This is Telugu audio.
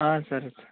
సరే